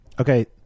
Okay